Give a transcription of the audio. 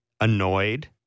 annoyed